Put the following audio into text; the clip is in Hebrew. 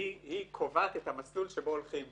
היא קובעת את המסלול שבו הולכים.